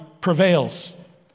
prevails